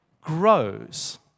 grows